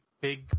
big